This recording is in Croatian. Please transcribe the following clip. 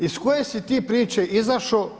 Iz koje si ti priče izašao?